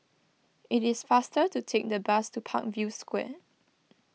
it is faster to take the bus to Parkview Square